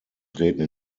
treten